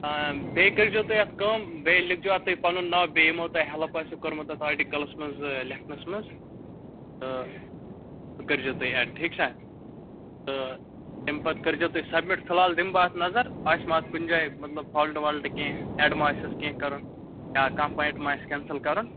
بیٚیہِ کٔرۍزیو تُہۍ اَتھ کٲم بیٚیہِ لیکھزیو اَتھ تُہۍ پَنُن ناو بیٚیہِ یِمو تۄہہِ ہٮ۪لٕپ آسیو کوٚرمُت اَتھ آٹِکلَس منٛز لٮ۪کھنَس منٛز تہٕ سُہ کٔرۍزیو تُہۍ اٮ۪ڈ ٹھیٖک چھےٚ تہٕ اَمہِ پتہٕ کٔرۍزیو تُہۍ سبمِٹ فِلحال دِمہٕ بہٕ اَتھ نظر آسہِ مہ اَتھ کُنہِ جاے مطلب فالٹہٕ والٹہٕ کیٚنٛہہ اٮ۪ڈ ما آسٮ۪س کیٚنٛہہ کَرُن یا کانٛہہ پایِنٛٹ ما آسہِ کٮ۪نسَل کَرُن